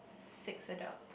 six adult